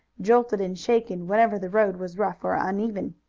jolted and shaken whenever the road was rough or uneven.